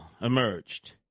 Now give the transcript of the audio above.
emerged